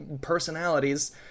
personalities